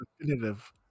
definitive